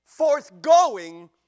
Forthgoing